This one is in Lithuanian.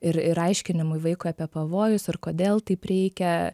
ir ir aiškinimui vaikui apie pavojus ir kodėl taip reikia